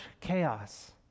chaos